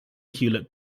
hewlett